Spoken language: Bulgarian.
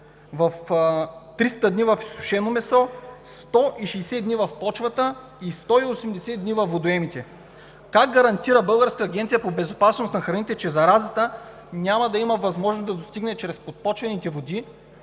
дни, 300 дни в изсушеното месо, 160 дни в почвата и 180 дни във водоемите. Как гарантира Българската агенция по безопасност на храните, че заразата няма да има възможност да достигне чрез подпочвените води